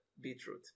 beetroot